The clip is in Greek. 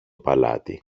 παλάτι